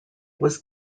was